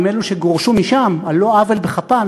עם אלו שגורשו משם על לא עוול בכפם.